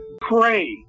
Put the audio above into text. pray